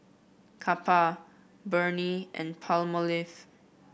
Kappa Burnie and Palmolive